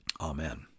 Amen